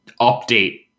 update